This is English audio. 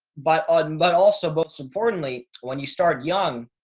but on, but also most importantly, when you start young,